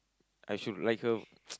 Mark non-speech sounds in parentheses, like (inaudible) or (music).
I should like her (noise)